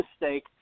mistake